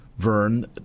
Vern